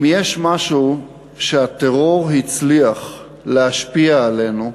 אם יש משהו שהטרור הצליח להשפיע עלינו,